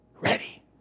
ready